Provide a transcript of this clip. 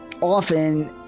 Often